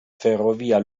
ferrovia